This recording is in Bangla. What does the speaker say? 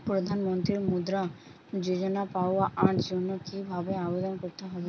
প্রধান মন্ত্রী মুদ্রা যোজনা পাওয়ার জন্য কিভাবে আবেদন করতে হবে?